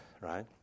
right